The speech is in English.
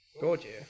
gorgeous